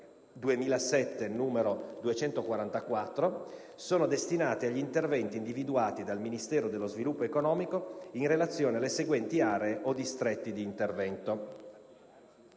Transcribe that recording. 2007, n. 244, sono destinate agli interventi individuati dal Ministero dello sviluppo economico in relazione alle seguenti aree o distretti di intervento:";